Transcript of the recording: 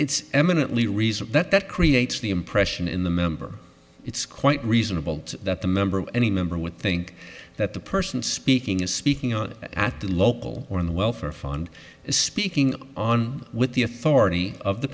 it's eminently reasonable that that creates the impression in the member it's quite reasonable that a member of any number would think that the person speaking is speaking at the local or in the welfare fund is speaking on with the authority of the